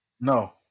No